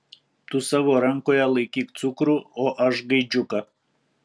tu savo rankoje laikyk cukrų o aš gaidžiuką